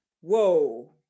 whoa